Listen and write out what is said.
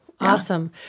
Awesome